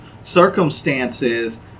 circumstances